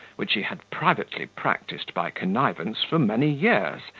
which he had privately practised by connivance for many years,